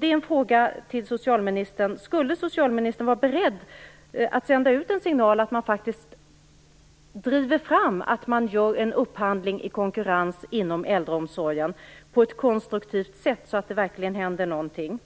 Min fråga är därför: Skulle socialministern vara beredd att sända ut en signal som faktiskt driver fram att man gör en upphandling i konkurrens inom äldreomsorgen - på ett konstruktivt sätt, så att det verkligen händer någonting?